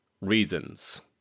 reasons